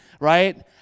right